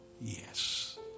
Yes